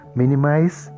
minimize